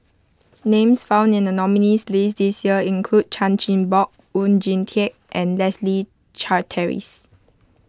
names found in the nominees' list this year include Chan Chin Bock Oon Jin Teik and Leslie Charteris